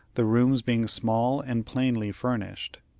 the rooms being small and plainly furnished.